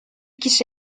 kişi